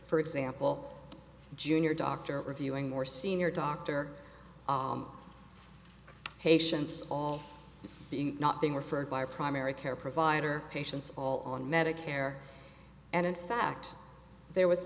for example junior doctor reviewing more senior doctor patients being not being referred by primary care provider patients all on medicare and in fact there was